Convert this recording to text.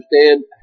understand